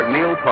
Neil